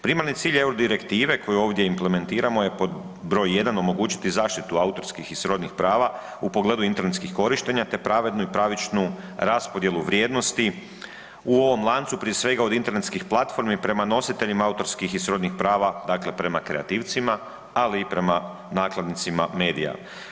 Primarni cilj EU direktive koju ovdje implementiramo je pod br. 1. omogućiti zaštitu autorskih i srodnih prava u pogledu internetskih korištenja, te pravednu i pravičnu raspodjelu vrijednosti u ovom lancu prije svega od internetskih platformi prema nositeljima autorskih i srodnih prava, dakle prema kreativcima, ali i prema nakladnicima medija.